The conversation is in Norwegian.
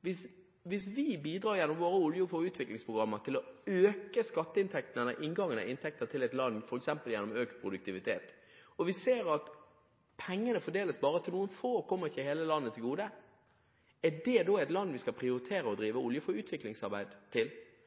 Hvis vi gjennom vårt Olje for Utvikling-program bidrar til å øke skatteinntektene, inngangen av inntektene til et land, f.eks. gjennom økt produktivitet, og vi ser at pengene fordeles bare til noen få – de kommer ikke hele landet til gode – er det da et land vi skal prioritere å drive Olje for Utvikling-arbeid i? Når det gjelder Skatt for utvikling, er det akkurat det samme. Hvis vi gjennom våre programmer bidrar til